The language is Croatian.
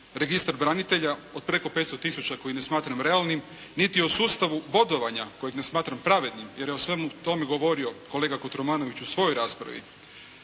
registar branitelja od preko 500 000 koje ne smatram realnim, niti o sustavu bodovanja kojeg ne smatram pravednim jer je o svemu tome govorio kolega Kotromanović u svojoj raspravi.